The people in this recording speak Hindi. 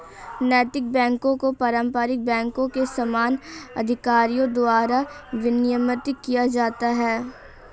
नैतिक बैकों को पारंपरिक बैंकों के समान अधिकारियों द्वारा विनियमित किया जाता है